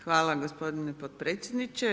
Hvala gospodine potpredsjedniče.